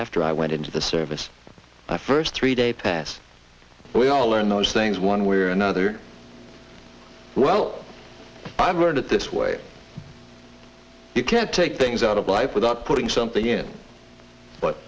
after i went into the service my first three day pass we all learned those things one way or another well i learned it this way you can't take things out of life without putting something in but